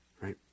Right